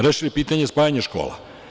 Rešili pitanje spajanje škola.